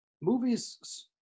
movies